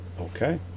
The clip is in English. Okay